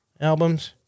albums